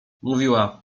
mówiła